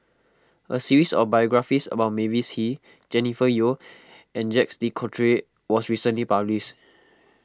a series of biographies about Mavis Hee Jennifer Yeo and Jacques De Coutre was recently published